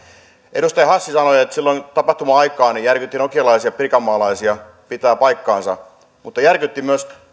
edustaja hassi sanoi että silloin tapahtuma aikaan tämä järkytti nokialaisia ja pirkanmaalaisia pitää paikkansa mutta järkytti myös